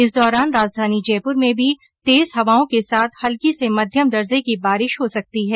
इस दौरान राजधानी जयपूर में भी तेज हवाओं के साथ हल्की से मध्यम दर्जे की बारिश हो सकती है